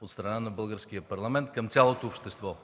от страна на българския парламент към цялото общество,